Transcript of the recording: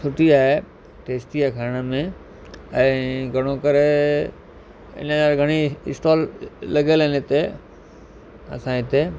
सुठी आए टेस्टी आहे खाइण में ऐं घणो करे इन लाइ घणेई स्टॉल लॻियलु आहिनि इते असांजे इते